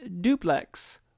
Duplex